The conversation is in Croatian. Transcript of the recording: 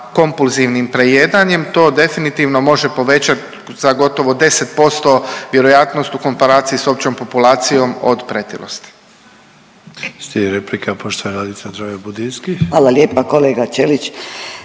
kompulzivnim prejedanjem to definitivno može povećat za gotovo 10% vjerojatnost u komparaciji s općom populacijom od pretilosti. **Sanader, Ante (HDZ)** Slijedi replika poštovana Nadica